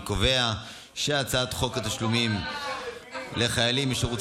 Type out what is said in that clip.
אני קובע שהצעת חוק תשלומים לחיילים בשירות